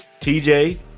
TJ